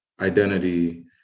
identity